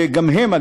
שגם הם,